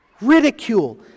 Ridicule